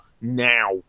now